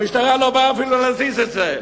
המשטרה לא באה אפילו להזיז את זה.